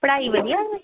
ਪੜ੍ਹਾਈ ਵਧੀਆ ਵਾ